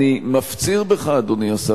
אני מפציר בך, אדוני השר.